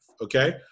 okay